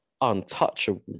untouchable